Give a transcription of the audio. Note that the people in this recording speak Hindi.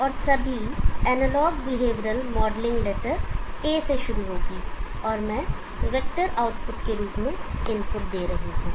और सभी analog behavioral modeling letter 'a' से शुरू होगी और मैं वेक्टर आउटपुट के रूप में इनपुट दे रहा हूं